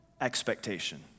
expectation